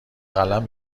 قلم